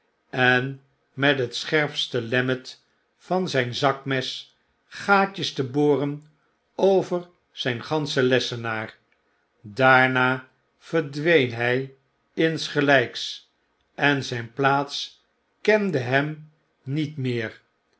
en met het scherpste lemmet van zyn zakmes gaatjes te boren over zyn ganschen lessenaar daarna verdween hy insgelyks en zyn plaats kende hem niet meer